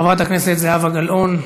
חברת הכנסת זהבה גלאון.